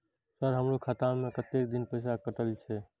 Sir हमारो खाता में कतेक दिन पैसा कटल छे?